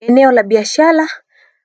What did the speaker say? Eneo la biashara